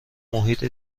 محیط